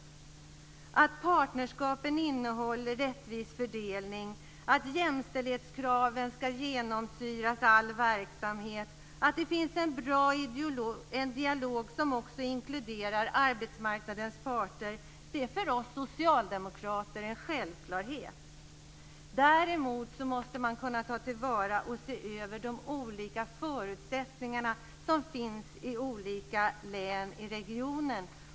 Att partnerskapen innehåller en rättvis fördelning, att jämställdheten ska genomsyra all verksamhet och att det finns en bra dialog som också inkluderar arbetsmarknadens parter är för oss socialdemokrater en självklarhet. Däremot måste man kunna ta till vara och se över de olika förutsättningar som finns i olika län i regionen.